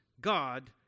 God